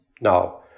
Now